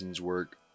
work